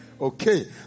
Okay